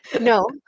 No